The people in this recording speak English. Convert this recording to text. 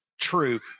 true